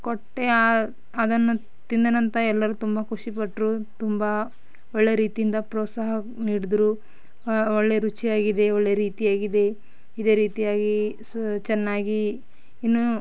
ಕೊಟ್ಟೆ ಅದನ್ನು ತಿಂದೆನಂತ ಎಲ್ಲರೂ ತುಂಬ ಖುಷಿಪಟ್ಟರು ತುಂಬ ಒಳ್ಳೇ ರೀತಿಯಿಂದ ಪ್ರೋತ್ಸಾಹ ನೀಡಿದ್ರು ಒಳ್ಳೆ ರುಚಿಯಾಗಿದೆ ಒಳ್ಳೆ ರೀತಿಯಾಗಿದೆ ಇದೇ ರೀತಿಯಾಗಿ ಸ ಚೆನ್ನಾಗಿ ಇನ್ನೂ